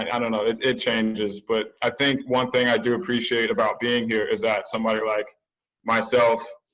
i don't know it, it changes. but i think one thing i do appreciate about being here is that somebody like myself,